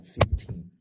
15